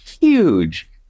huge